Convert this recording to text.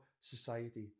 society